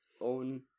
own